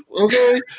okay